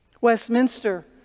Westminster